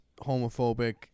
homophobic